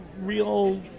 real